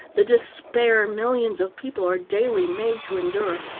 the despair millions of people are daily made to endure.